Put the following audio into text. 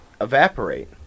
evaporate